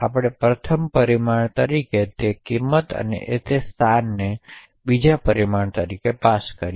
આપણે પ્રથમ પરિમાણ તરીકેની તે કિંમત અને સ્થાનને બીજા પરિમાણ તરીકે પાસ કરીએ